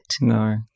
No